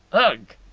ugh!